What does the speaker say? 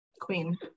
Queen